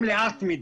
הם לאט מדי.